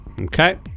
Okay